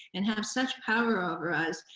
and have such power over us,